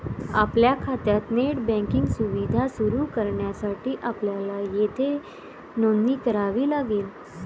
आपल्या खात्यात net banking सुविधा सुरू करण्यासाठी आपल्याला येथे नोंदणी करावी लागेल